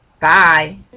Bye